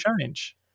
change